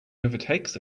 overtakes